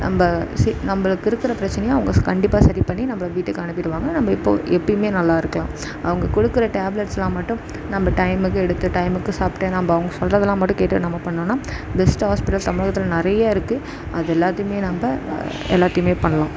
நம்ம சே நம்மளுக்கு இருக்கிற பிரச்சனையை அவங்க கண்டிப்பாக சரி பண்ணி நம்பளை வீட்டுக்கு அனுப்பிடுவாங்க நம்ம எப்போது எப்போயுமே நல்லா இருக்கலாம் அவங்க கொடுக்குற டேப்லெட்ஸ்லாம் மட்டும் நம்ம டைமுக்கு எடுத்து டைமுக்கு சாப்ட்டு நம்ம அவங்க சொல்கிறதலாம் மட்டும் கேட்டு நம்ம பண்னோன்னால் பெஸ்ட் ஹாஸ்பிடல் தமிழகத்தில் நிறையா இருக்குது அது எல்லாத்தையுமே நம்ம எல்லாத்தையுமே பண்ணலாம்